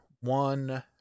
one